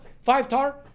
Five-tar